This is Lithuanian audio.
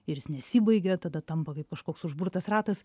ir jis nesibaigia tada tampa kaip kažkoks užburtas ratas